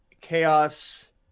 chaos